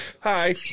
Hi